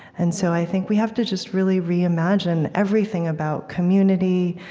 and so i think we have to just really reimagine everything about community,